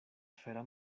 fera